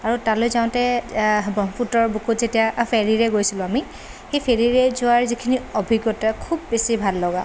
আৰু তালৈ যাওঁতে ব্ৰহ্মপুত্ৰৰ বুকুত যেতিয়া ফেৰিৰে গৈছিলোঁ আমি সেই ফেৰিৰে যোৱাৰ যিখিনি অভিজ্ঞতা খুব বেছি ভাল লগা